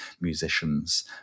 musicians